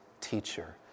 teacher